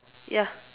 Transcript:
ya